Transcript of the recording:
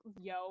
yo